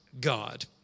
God